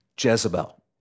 Jezebel